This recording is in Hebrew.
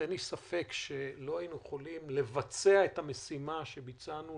אין לי ספק שלא היינו יכולים לבצע את המשימה שביצענו,